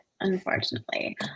unfortunately